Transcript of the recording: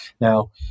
Now